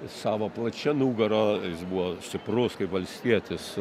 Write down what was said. savo plačia nugara buvo stiprus kaip valstietis